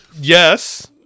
yes